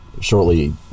shortly